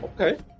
Okay